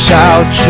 Shout